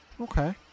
Okay